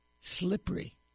Slippery